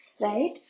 right